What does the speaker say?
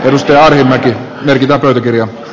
einstein ryhtyä pyrkii